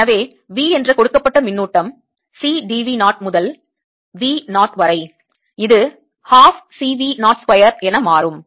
எனவே V என்ற கொண்டுவரப்பட்ட மின்னூட்டம் C dV 0 முதல் V 0 வரை இது ஹாப் C V 0 ஸ்கொயர் என மாறும்